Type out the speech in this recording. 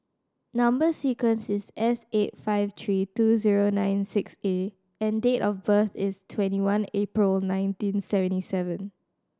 number sequence is S eight five three two zero nine six A and date of birth is twenty one April nineteen seventy seven